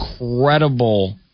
incredible